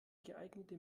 geeignete